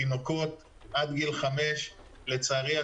תינוקות עד גיל 5. לצערי,